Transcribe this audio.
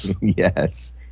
Yes